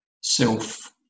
self